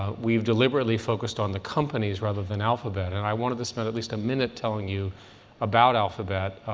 we've deliberately focused on the companies rather than alphabet. and i wanted to spend at least a minute telling you about alphabet.